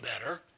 better